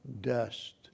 dust